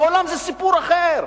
העולם זה סיפור אחר,